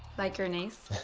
like your niece?